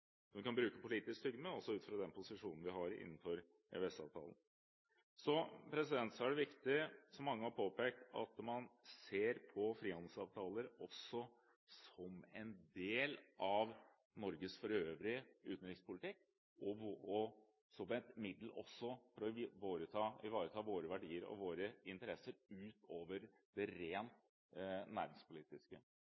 vi kan bruke politisk tyngde ut fra den posisjonen vi har innenfor EØS-avtalen. Som mange har påpekt, er det viktig at man ser på frihandelsavtaler også som en del av Norges øvrige utenrikspolitikk og som et middel til å ivareta våre verdier og interesser utover det